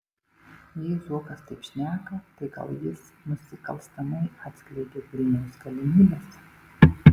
jei zuokas taip šneka tai gal jis nusikalstamai atskleidė vilniaus galimybes